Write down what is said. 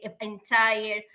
entire